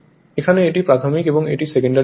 এখানে এটি প্রাথমিক এবং এটি সেকেন্ডারি হবে